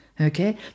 Okay